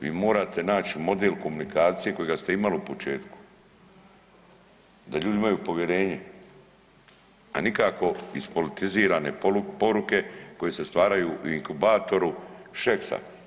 Vi morate naći model komunikacije kojega ste imali u početku, da ljudi imaju povjerenje, a nikako ispolitizirane poruke koje se stvaraju u inkubatoru Šeksa.